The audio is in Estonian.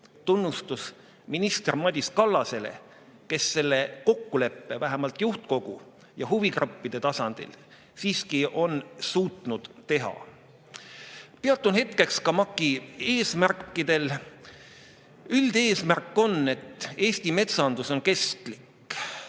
Tunnustus minister Madis Kallasele, kes selle kokkuleppe vähemalt juhtkogu ja huvigruppide tasandil siiski on suutnud teha. Peatun hetkeks ka MAK-i eesmärkidel. Üldeesmärk on, et Eesti metsandus on kestlik.